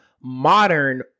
modern